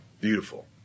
Beautiful